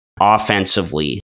offensively